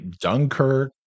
Dunkirk